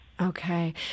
Okay